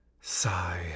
Sigh